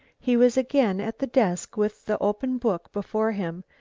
he was again at the desk with the open book before him,